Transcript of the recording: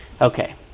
Okay